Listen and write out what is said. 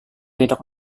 tidak